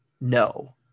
No